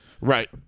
Right